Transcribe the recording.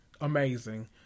amazing